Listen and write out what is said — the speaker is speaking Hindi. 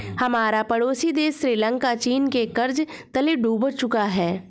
हमारा पड़ोसी देश श्रीलंका चीन के कर्ज तले डूब चुका है